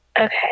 Okay